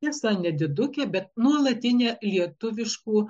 tiesa nedidukė bet nuolatinė lietuviškų